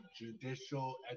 judicial